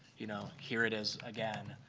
you know, here it is again.